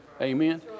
Amen